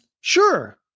Sure